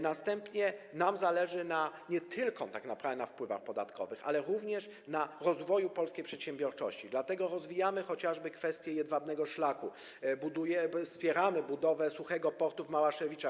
Następnie: tak naprawdę zależy nam nie tylko na wpływach podatkowych, ale również na rozwoju polskiej przedsiębiorczości, dlatego rozwijamy chociażby kwestię jedwabnego szlaku, wspieramy budowę suchego portu w Małaszewiczach.